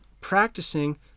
practicing